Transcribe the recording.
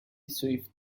swifts